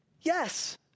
Yes